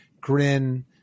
Grin